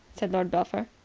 said lord belpher.